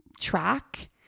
track